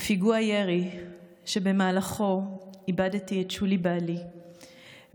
בפיגוע ירי שבו איבדתי את שולי בעלי ונאלצתי,